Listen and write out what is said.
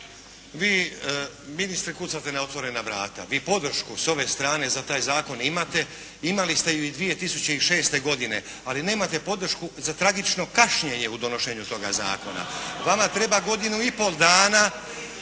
Vi ministre, kucate na otvorena vrata. Vi podršku sa ove strane za taj zakon imate. Imali ste i 2006. godine, ali nemate podršku za tragično kašnjenje u donošenju toga zakona. Vama treba godinu i pol dana